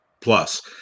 plus